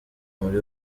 muri